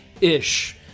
ish